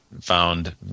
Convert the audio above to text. found